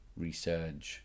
Resurge